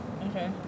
Okay